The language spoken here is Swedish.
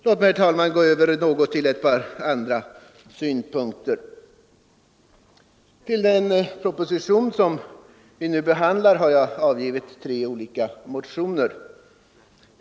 Låt mig, herr talman, gå över till ett par andra synpunkter. Till den proposition som vi nu behandlar har jag avgivit tre olika motioner.